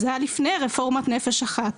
זה היה לפני רפורמת "נפש אחת".